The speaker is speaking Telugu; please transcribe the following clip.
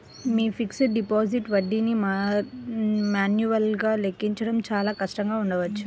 మీ ఫిక్స్డ్ డిపాజిట్ వడ్డీని మాన్యువల్గా లెక్కించడం చాలా కష్టంగా ఉండవచ్చు